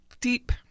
Deep